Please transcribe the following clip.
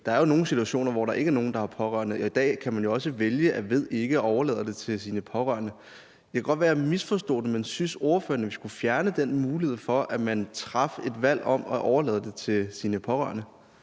der er nogle situationer, hvor der er nogle, der ikke har pårørende. I dag kan man jo også vælge at sige, at man ikke ved det, og overlade det til sine pårørende. Det kan godt være, at jeg misforstod det, men synes ordføreren, at vi skulle fjerne den mulighed for, at man traf et valg om at overlade det til sine pårørende?